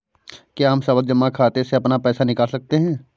क्या हम सावधि जमा खाते से अपना पैसा निकाल सकते हैं?